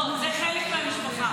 לא, זה חלק מהמשפחה.